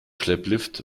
schlepplift